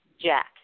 Jack